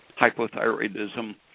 hypothyroidism